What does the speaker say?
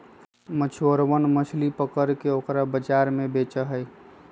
मछुरवन मछली पकड़ के ओकरा बाजार में बेचा हई